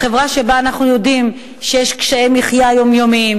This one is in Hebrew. בחברה שבה אנחנו יודעים שיש קשיי מחיה יומיומיים,